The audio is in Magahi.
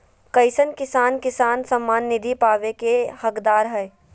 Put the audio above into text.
कईसन किसान किसान सम्मान निधि पावे के हकदार हय?